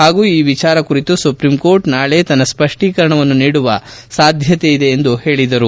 ಹಾಗೂ ಈ ವಿಚಾರ ಕುರಿತು ಸುಪ್ರೀಂ ಕೋರ್ಟ್ ನಾಳೆ ತನ್ನ ಸ್ಪಷ್ಟೀಕರಣವನ್ನು ನೀಡುವ ಸಾಧ್ಯತೆ ಇದೆ ಎಂದು ಹೇಳಿದರು